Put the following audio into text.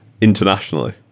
internationally